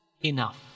enough